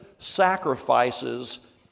sacrifices